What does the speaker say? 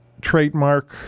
Trademark